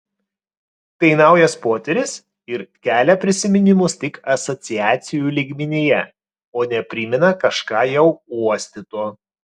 tai naujas potyris ir kelia prisiminimus tik asociacijų lygmenyje o ne primena kažką jau uostyto